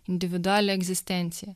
individualią egzistenciją